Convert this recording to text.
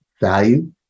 value